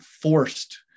forced